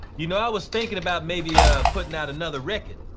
you know i was thinking about maybe ah putting out another record